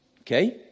Okay